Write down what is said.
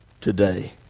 today